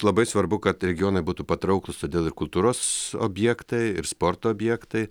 labai svarbu kad regionai būtų patrauklūs todėl ir kultūros objektai ir sporto objektai